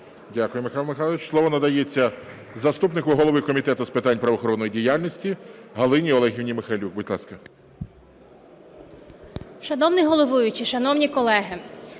Дякую, Михайло Михайлович. Слово надається заступнику голови Комітету з питань правоохоронної діяльності Галині Олегівна Михайлюк, будь ласка. 13:06:01 МИХАЙЛЮК Г.О. Шановний головуючий, шановні колеги,